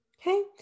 Okay